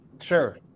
Sure